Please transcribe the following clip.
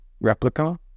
Replica